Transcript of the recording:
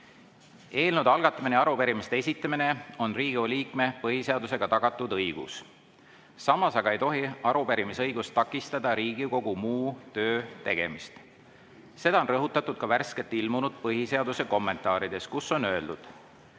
algatamine ja arupärimise esitamine on Riigikogu liikme põhiseadusega tagatud õigus. Samas aga ei tohi arupärimise õigus takistada Riigikogu muu töö tegemist. Seda on rõhutatud ka värskelt ilmunud põhiseaduse kommentaarides, kus on öeldud,